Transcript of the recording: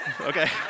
Okay